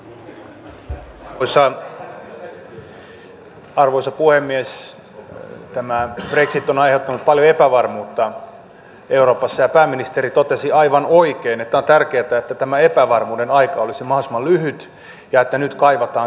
tämä brexit on aiheuttanut paljon epävarmuutta euroopassa ja pääministeri totesi aivan oikein että on tärkeätä että tämä epävarmuuden aika olisi mahdollisimman lyhyt ja että nyt kaivataan selkeyttä